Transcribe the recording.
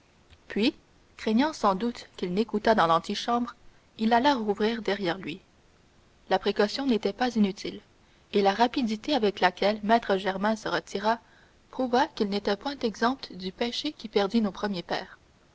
puis craignant sans doute qu'il n'écoutât dans l'antichambre il alla rouvrir derrière lui la précaution n'était pas inutile et la rapidité avec laquelle maître germain se retira prouva qu'il n'était point exempt du péché qui perdit nos premiers pères